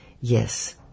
Yes